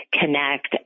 connect